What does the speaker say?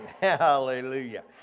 Hallelujah